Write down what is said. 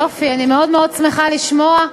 יופי, אני מאוד מאוד שמחה לשמוע.